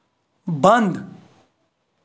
بنٛد